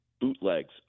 bootlegs